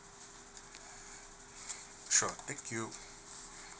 sure thank you